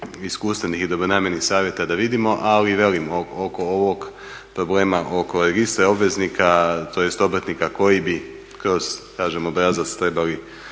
iskustvenih i dobronamjernih savjeta da vidimo. Ali velim oko ovog problema oko registra obveznika tj. obrtnika koji bi kroz kažem obrazac trebali